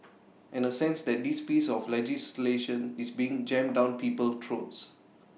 and A sense that this piece of legislation is being jammed down people throats